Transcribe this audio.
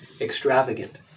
extravagant